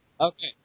Okay